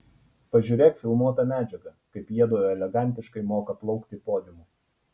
pažiūrėk filmuotą medžiagą kaip jiedu elegantiškai moka plaukti podiumu